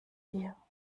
dir